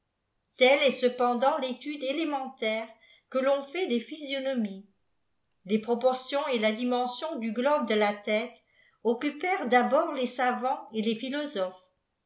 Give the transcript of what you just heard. telle est cependant l'étude élémentaire que vm fait des physionomies les proportions et la dimension du globe de la tète occupèrent d'abord les savants et les philosophes